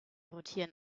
rotieren